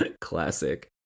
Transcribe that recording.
Classic